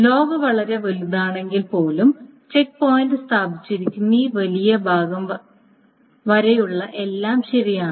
log വളരെ വലുതാണെങ്കിൽ പോലും ചെക്ക് പോയിന്റ് സ്ഥാപിച്ചിരിക്കുന്ന ഈ വലിയ ഭാഗം വരെയുള്ള എല്ലാം ശരിയാണ്